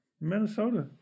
Minnesota